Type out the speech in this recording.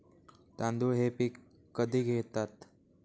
तांदूळ हे पीक कधी घेतात?